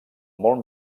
molt